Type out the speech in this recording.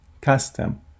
custom